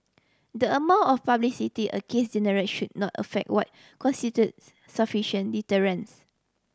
the amount of publicity a case generate should not affect what constitute sufficient deterrence